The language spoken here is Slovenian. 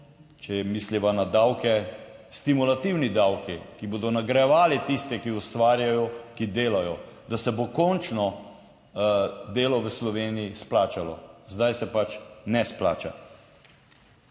če misliva na davke, stimulativni davki, ki bodo nagrajevali tiste, ki ustvarjajo, ki delajo, da se bo končno delo v Sloveniji splačalo, zdaj se pač ne splača.